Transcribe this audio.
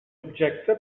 objecte